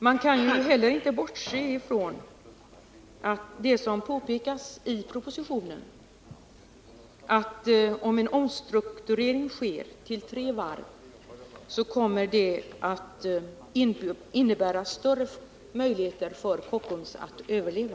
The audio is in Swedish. Man kan inte heller bortse från det som påpekas i propositionen, nämligen att en omstrukturering till tre varv kommer att innebära större möjligheter för Kockums att överleva.